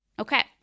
Okay